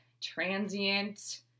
transient